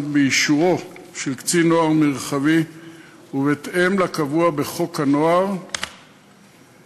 וזאת באישורו של קצין נוער מרחבי ובהתאם לקבוע בחוק הנוער (שפיטה,